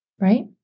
Right